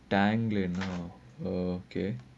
tanglin oh okay